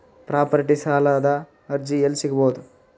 Property ಸಾಲದ ಅರ್ಜಿ ಎಲ್ಲಿ ಸಿಗಬಹುದು?